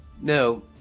No